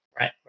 right